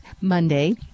Monday